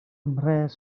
mhres